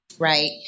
Right